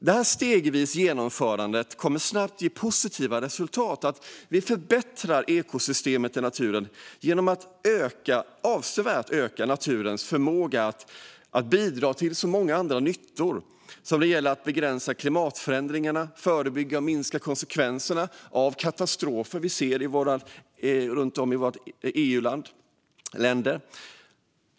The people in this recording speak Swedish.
Det stegvisa genomförandet kommer snabbt att ge positiva resultat. Det förbättrar ekosystemet i naturen genom att avsevärt öka naturens förmåga att bidra till många andra nyttor. Det gäller att begränsa klimatförändringarna och att förebygga och minska konsekvenserna av de katastrofer vi ser runt om i våra EU-länder.